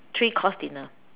three course dinner